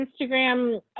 instagram